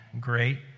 great